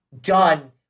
done